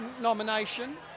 nomination